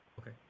Okay